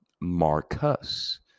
Marcus